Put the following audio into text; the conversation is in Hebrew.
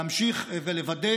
למי?